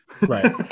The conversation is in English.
right